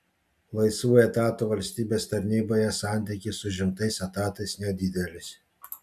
laisvų etatų valstybės tarnyboje santykis su užimtais etatais nedidelis